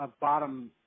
bottom